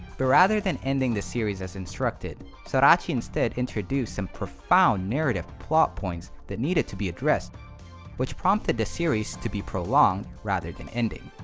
but rather than ending the series as instructed, sorachi instead introduced some profound narrative plot points that needed to be addressed which prompted the series to be prolonged rather than ending.